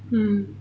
mm